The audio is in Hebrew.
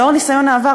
לאור ניסיון העבר,